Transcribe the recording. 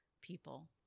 people